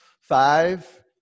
five